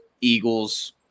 Eagles